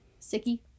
Sicky